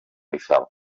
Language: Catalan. eiffel